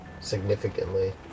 significantly